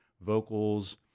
vocals